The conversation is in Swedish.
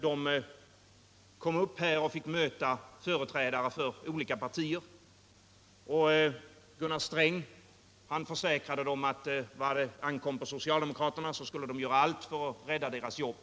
De kom upp hit och fick möta företrädare för olika partier. Gunnar Sträng försäkrade dem att vad det ankom på socialdemokraterna skulle dessa göra allt för att rädda jobben.